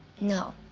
no.